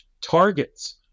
targets